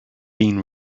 been